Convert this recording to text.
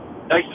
Thanks